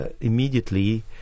immediately